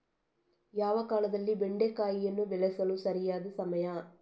ಯಾವ ಕಾಲದಲ್ಲಿ ಬೆಂಡೆಕಾಯಿಯನ್ನು ಬೆಳೆಸಲು ಸರಿಯಾದ ಸಮಯ?